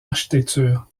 architecture